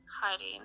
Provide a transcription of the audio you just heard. hiding